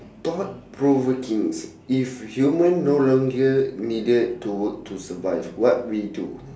thought provokings if human no longer needed to work to survive what we do